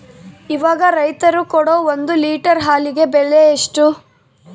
ಇವಾಗ ರೈತರು ಕೊಡೊ ಒಂದು ಲೇಟರ್ ಹಾಲಿಗೆ ಬೆಲೆ ಎಷ್ಟು?